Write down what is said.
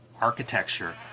architecture